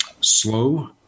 slow